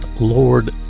Lord